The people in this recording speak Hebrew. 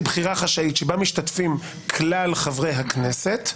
בחירה חשאית שבה משתתפים כלל חברי הכנסת,